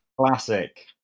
Classic